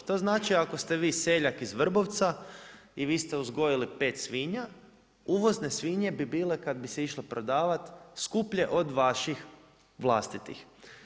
To znači ako ste vi seljak iz Vrbovca i vi ste uzgojili pet svinja uvozne svinje bi bile kada bi se išlo prodavati skuplje od vaših vlastitih.